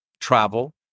travel